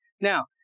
Now